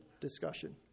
discussion